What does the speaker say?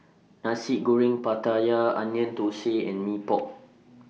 Nasi Goreng Pattaya Onion Thosai and Mee Pok